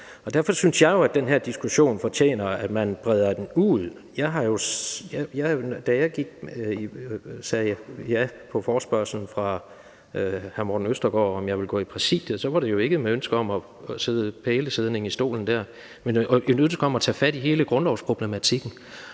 Derfor synes jeg jo, at den her diskussion fortjener, at man breder den ud. Da jeg sagde ja på forespørgslen fra hr. Morten Østergaard om, hvorvidt jeg ville gå med i Præsidiet, var det jo ikke med et ønske om at sidde pælesidning i stolen der, men et ønske om at tage fat i hele grundlovsproblematikken